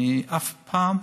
אני אף פעם,